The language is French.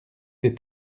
des